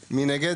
מי נגד?